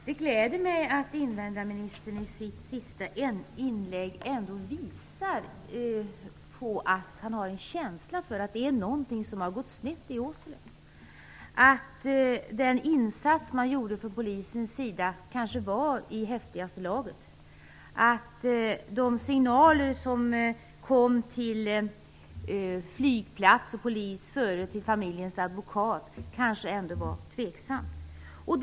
Fru talman! Det gläder mig att invandrarministern i sitt senaste inlägg visar att han har en känsla för att det är någonting som har gått snett i Åsele, att den insats som polisen gjorde kanske var i häftigaste laget och att de signaler som kom till flygplats och polis innan de kom till familjens advokat kanske ändå var tveksamma.